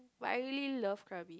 but I really love Krabi